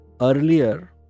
earlier